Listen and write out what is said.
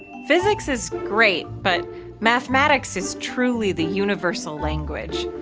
physics is great, but mathematics is truly the universal language.